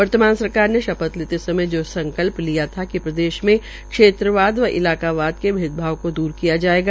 वर्तमान सरकार ने शपथ लेते समय जो संकल्प लिया था कि प्रदेश में क्षेत्रवाद व इलाकाबाद के भेदभाव को दूर किया जायेगा